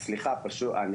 הוקצה מעל